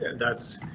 and that's